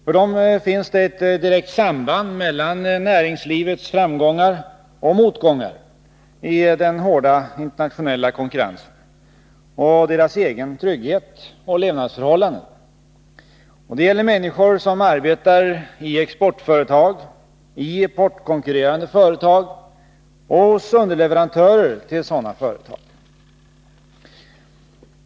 För dem finns det ett direkt samband mellan näringslivets framgångar och motgångar i den hårda internationella konkurrensen och deras egen trygghet och levnadsförhållanden. Det gäller människor som arbetar i exportföretag, i importkonkurrerande företag och hos underleverantörer till sådana företag.